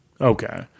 okay